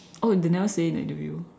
oh they never say in the interview